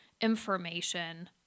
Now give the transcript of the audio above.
information